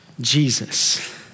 Jesus